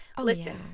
listen